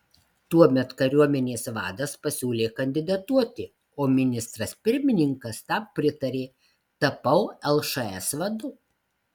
tuomet kariuomenės vadas pasiūlė kandidatuoti o ministras pirmininkas tam pritarė tapau lšs vadu